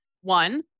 one